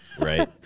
Right